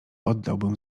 oddałbym